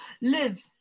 live